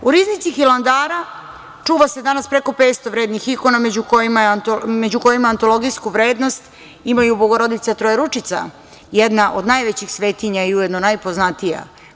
U riznici Hilandara čuva se danas preko 500 vrednih ikona, a među kojima antologijsku vrednost imaju Bogorodica Trojeručica, jedna od najvećih svetinja i ujedno najpoznatija.